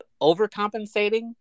overcompensating